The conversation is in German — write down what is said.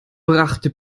brachte